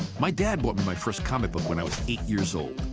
my dad bought my first comic book when i was eight years old.